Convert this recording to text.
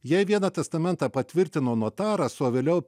jei vieną testamentą patvirtino notaras o vėliau